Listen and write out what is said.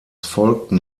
folgten